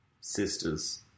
Sisters